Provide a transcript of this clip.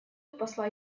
посла